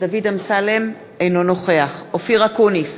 אינו נוכח אופיר אקוניס,